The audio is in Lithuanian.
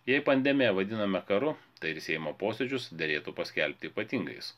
jei pandemiją vadiname karu tai ir seimo posėdžius derėtų paskelbti ypatingais